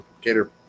Gator